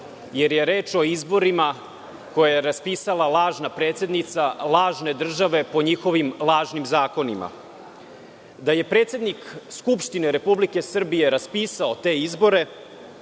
jer je reč o izborima koje je raspisala lažna predsednika lažne države, po njihovim lažnim zakonima. Da je predsednik Skupštine Republike Srbije raspisao te izbore